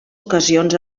ocasions